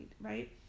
right